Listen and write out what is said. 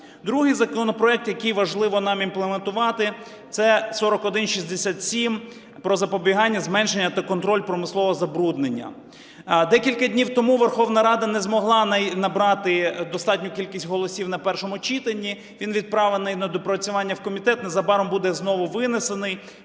Другий законопроект, який важливо нам імплементувати, це 4167 про запобігання, зменшення та контроль промислового забруднення. Декілька днів тому Верховна Рада не змогла набрати достатню кількість голосів на першому читанні. Він відправлений на доопрацювання в комітет, незабаром буде знову винесений.